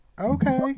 Okay